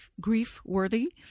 grief-worthy